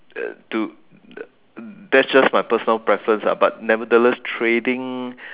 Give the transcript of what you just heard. to that's just my personal preference ah but nevertheless trading